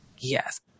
Yes